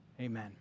amen